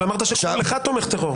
אבל אמרת שכל אחד תומך טרור.